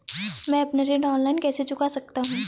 मैं अपना ऋण ऑनलाइन कैसे चुका सकता हूँ?